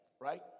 right